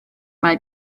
mae